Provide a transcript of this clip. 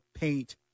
paint